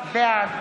בעד